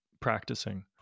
practicing